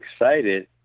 excited